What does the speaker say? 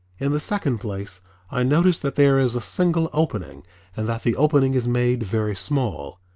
in the second place i notice that there is a single opening and that the opening is made very small.